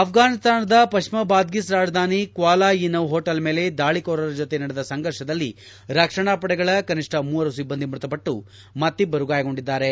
ಆಫ್ರಾನಿಸ್ತಾನದ ಪಶ್ಲಿಮ ಬಾದ್ಗಿಸ್ ರಾಜಧಾನಿ Qala e Naw hotel ಮೇಲೆ ದಾಳಿಕೋರರ ಜತೆ ನಡೆದ ಸಂಘರ್ಷದಲ್ಲಿ ರಕ್ಷಣಾ ಪಡೆಗಳ ಕನಿಷ್ಟ ಮೂವರು ಸಿಬ್ಬಂದಿ ಮೃತಪಟ್ಟು ಮತ್ತಿಬ್ಬರು ಗಾಯಗೊಂಡಿದ್ದಾರೆ